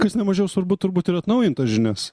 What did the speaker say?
kas nemažiau svarbu turbūt ir atnaujint tas žinias